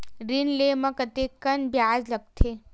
ऋण ले म कतेकन ब्याज लगथे?